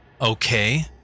Okay